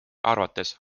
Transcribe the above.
arvates